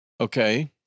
Okay